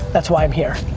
that's why i'm here.